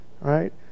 right